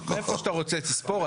מאיפה שאתה רוצה תספור.